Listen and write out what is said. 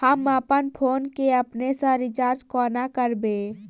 हम अप्पन फोन केँ अपने सँ रिचार्ज कोना करबै?